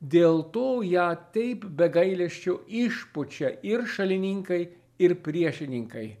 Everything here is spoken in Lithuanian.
dėl to ją taip be gailesčio išpučia ir šalininkai ir priešininkai